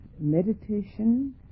meditation